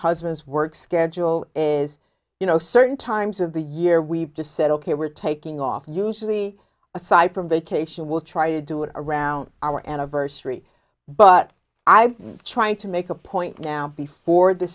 husband's work schedule is you know certain times of the year we've just said ok we're taking off usually aside from vacation we'll try to do it around our anniversary but i've been trying to make a point now before the